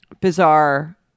bizarre